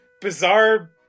bizarre